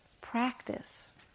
practice